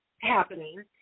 happening